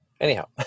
Anyhow